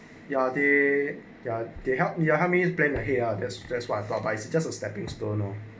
ya they ya they help me help me plan here or there stress one thought I suggest a stepping stone lor